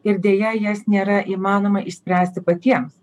ir deja jas nėra įmanoma išspręsti patiems